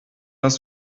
das